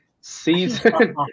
season